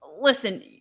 Listen